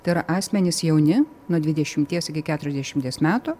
tai yra asmenys jauni nuo dvidešimties iki keturiasdešimties metų